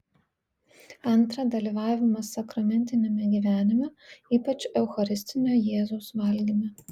antra dalyvavimas sakramentiniame gyvenime ypač eucharistinio jėzaus valgyme